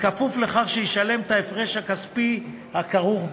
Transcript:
בכפוף לכך שישלם את ההפרש הכספי הכרוך בכך.